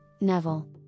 Neville